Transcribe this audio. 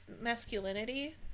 masculinity